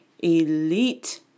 Elite